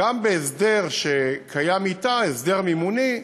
גם בהסדר שקיים אתה, הסדר מימוני,